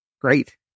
Great